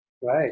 Right